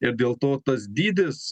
ir dėl to tas dydis